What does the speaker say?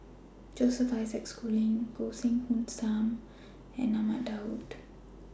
Joseph Isaac Schooling Goh Heng Soon SAM and Ahmad Daud